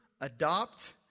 adopt